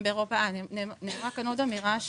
נאמרה כאן עוד אמירה,